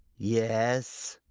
yes,